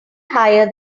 higher